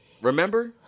Remember